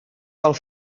del